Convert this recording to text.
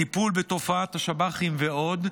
טיפול בתופעת השב"חים ועוד.